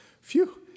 Phew